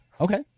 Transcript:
Okay